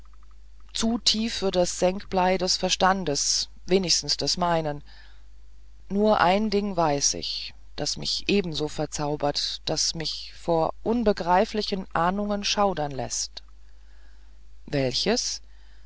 zu tief für das senkblei des verstandes wenigstens des meinigen nur ein ding weiß ich das mich ebenso verzaubert mich vor unbegreiflichen ahnungen schaudern läßt welches